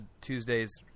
Tuesdays